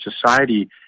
society